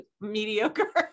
mediocre